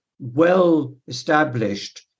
well-established